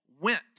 went